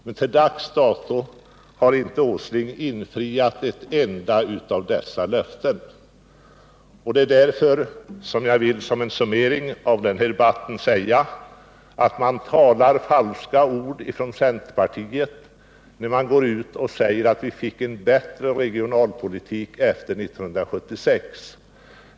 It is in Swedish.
Men till dags dato har inte Nils Åsling infriat ett enda av dessa löften. Det är därför jag, som en summering av den här debatten, vill säga att det är falskt av centerpartiet att gå ut och säga att vi fick en bättre regionalpolitik efter 1976.